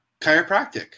Chiropractic